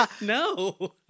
No